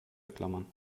klammern